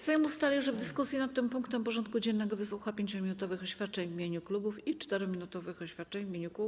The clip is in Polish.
Sejm ustalił, że w dyskusji nad tym punktem porządku dziennego wysłucha 5-minutowych oświadczeń w imieniu klubów i 4-minutowych oświadczeń w imieniu kół.